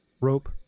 rope